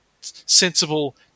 sensible